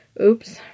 Oops